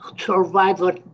survivor